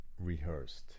rehearsed